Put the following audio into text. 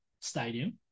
Stadium